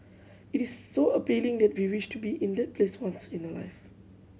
it is so appealing that we wish to be in that place once in a life